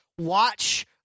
watch